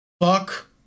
fuck